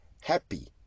happy